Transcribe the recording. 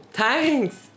thanks